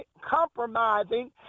compromising